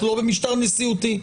אנחנו לא במשטר נשיאותי.